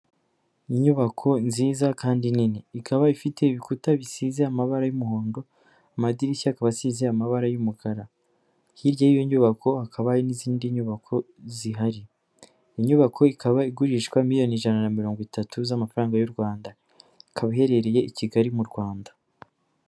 Inyubako nziza kandi nini. Ikaba ifite ibikuta bisize amabara y'umuhondo, amadirishya akaba asize amabara y'umukara. Hirya y'iyo nyubako hakaba n'izindi nyubako zihari. Inyubako ikaba igurishwa miliyoni ijana na mirongwitatu z'amafaranga y'u Rwanda ikaba iherereye i Kigali mu Rwanda.